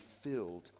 filled